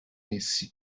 essi